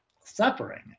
suffering